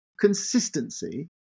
consistency